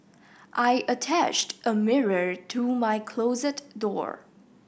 I attached a mirror to my closet door